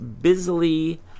busily